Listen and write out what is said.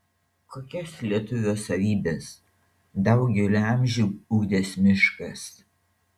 kokias lietuvio savybes daugelį amžių ugdęs miškas